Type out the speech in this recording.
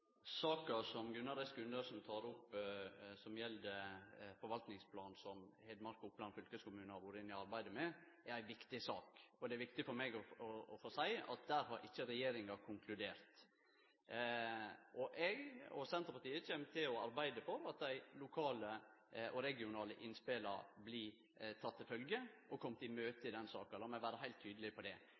Saka som Gunnar Gundersen tek opp, som gjeld forvaltingsplanen som Hedmark og Oppland fylkeskommune har vore inne i arbeidet med, er ei viktig sak, og det er viktig for meg å få seie at der har regjeringa ikkje konkludert. Eg og Senterpartiet kjem til å arbeide for at dei lokale og regionale innspela blir tekne til følgje og komne til møtes i den saka – lat meg vere heilt tydeleg på det.